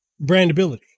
brandability